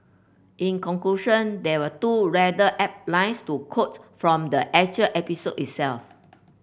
in conclusion there were two rather apt lines to quote from the actual episode itself